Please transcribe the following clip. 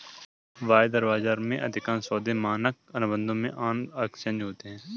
वायदा बाजार में, अधिकांश सौदे मानक अनुबंधों में ऑन एक्सचेंज होते हैं